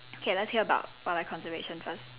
okay let's hear about wildlife conservation first